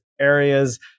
areas